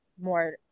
more